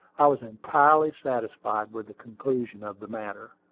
i was entirely satisfied with the conclusion of the matter.